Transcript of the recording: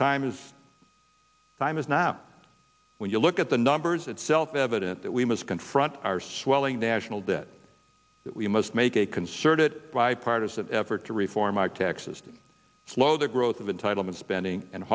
time is time is now when you look at the numbers it's self evident that we must confront our swelling national debt we must make a concerted bipartisan effort to reform our tax system slow the growth of entitlement spending and